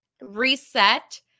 Reset